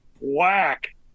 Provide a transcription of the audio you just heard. whack